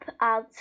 out